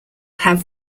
have